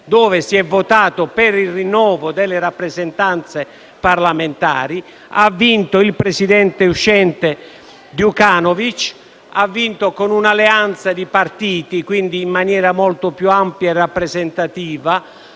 votato infatti per il rinnovo delle rappresentanze parlamentari e ha vinto il presidente uscente Djukanovic con un'alleanza di partiti, quindi in maniera molto più ampia e rappresentativa,